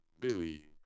Billy